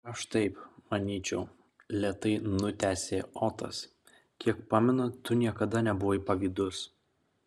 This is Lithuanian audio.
ir aš taip manyčiau lėtai nutęsė otas kiek pamenu tu niekada nebuvai pavydus